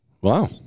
Wow